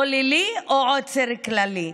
או לילי או כללי,